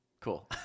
Cool